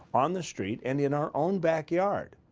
on the street and in our own back yard.